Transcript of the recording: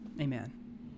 Amen